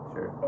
Sure